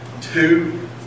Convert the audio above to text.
two